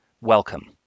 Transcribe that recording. Welcome